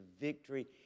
victory